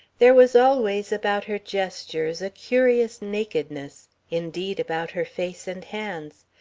there was always about her gestures a curious nakedness indeed, about her face and hands.